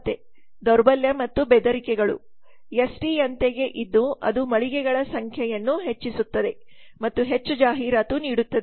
ಮತ್ತೆ ದೌರ್ಬಲ್ಯ ಮತ್ತು ಬೆದರಿಕೆಗಳು ಎಸ್ಟಿ ಯಂತೆಯೇ ಇದ್ದು ಅದು ಮಳಿಗೆಗಳ ಸಂಖ್ಯೆಯನ್ನು ಹೆಚ್ಚಿಸುತ್ತದೆ ಮತ್ತು ಹೆಚ್ಚು ಜಾಹೀರಾತು ನೀಡುತ್ತದೆ